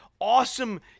awesome